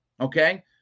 Okay